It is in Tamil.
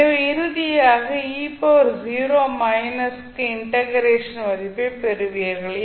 எனவே இறுதியாக க்கு இன்டெக்ரேஷன் மதிப்பைப் பெறுவீர்கள்